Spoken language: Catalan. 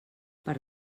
per